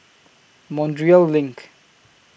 Montreal LINK